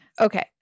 Okay